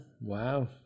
wow